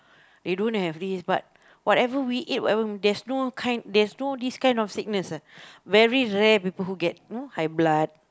they don't have this but whatever we eat there whatever we there's no kind there's no this kind of sickness ah very rare people who get you know high blood